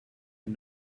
and